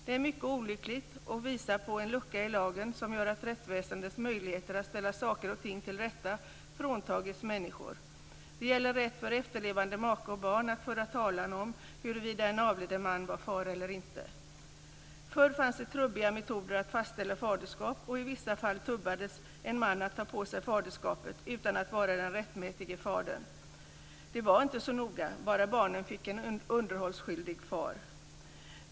Det är mycket olyckligt och visar på en lucka i lagen som gör att rättsväsendets möjligheter att ställa saker och ting till rätta fråntagits människor. Det gäller rätt för efterlevande make och barn att föra talan om huruvida en avliden man var far eller inte. Förr fanns det trubbiga metoder att fastställa faderskap och i vissa fall tubbades en man att ta på sig faderskapet utan att vara den rättmätige fadern. Det var inte så noga, bara barnet fick en underhållsskyldig far.